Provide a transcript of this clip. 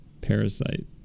parasite